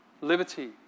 liberty